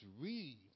read